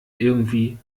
irgendwie